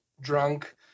drunk